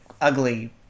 ugly